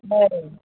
औ